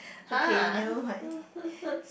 !huh!